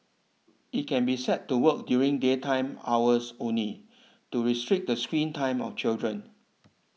it can be set to work during daytime hours only to restrict the screen time of children